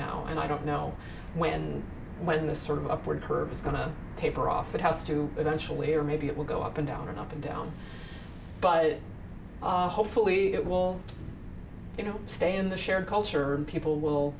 now and i don't know when when this sort of upward curve is going to taper off it has to eventually or maybe it will go up and down and up and down but hopefully it will you know stay in the shared culture and people will